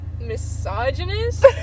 misogynist